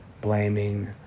blaming